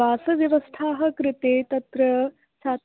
वासव्यवस्थाः कृते तत्र साक्